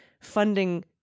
funding